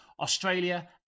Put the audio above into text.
Australia